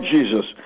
Jesus